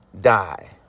die